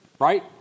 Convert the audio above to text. right